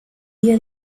dia